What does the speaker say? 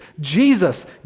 Jesus